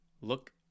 Look